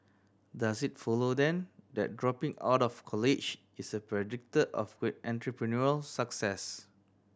does it follow then that dropping out of college is a predictor of great entrepreneurial success